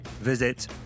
visit